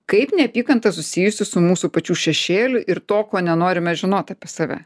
kaip neapykanta susijusi su mūsų pačių šešėliu ir to ko nenorime žinot apie save